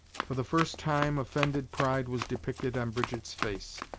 for the first time, offended pride was depicted on brigitte's face.